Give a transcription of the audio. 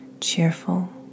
cheerful